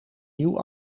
nieuw